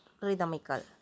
rhythmical